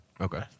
Okay